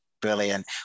Brilliant